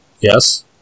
Yes